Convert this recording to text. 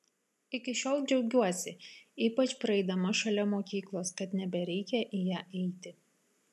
iki šiol džiaugiuosi ypač praeidama šalia mokyklos kad nebereikia į ją eiti